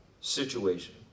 situation